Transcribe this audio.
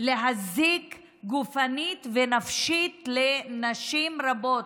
להזיק גופנית ונפשית לנשים רבות,